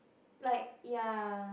like ya